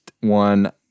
one